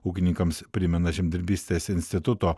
ūkininkams primena žemdirbystės instituto